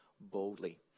boldly